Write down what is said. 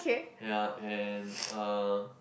yea and uh